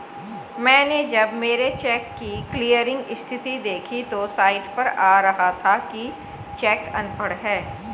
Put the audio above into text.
मैनें जब मेरे चेक की क्लियरिंग स्थिति देखी तो साइट पर आ रहा था कि चेक अनपढ़ है